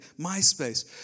MySpace